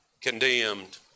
condemned